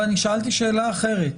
אבל אני שאלתי שאלה אחרת,